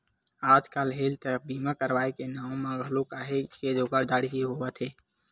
आजकल हेल्थ बीमा करवाय के नांव म घलो काहेच के धोखाघड़ी होवत हे